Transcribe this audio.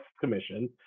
commission